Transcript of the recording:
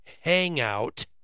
hangout